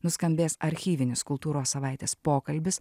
nuskambės archyvinis kultūros savaitės pokalbis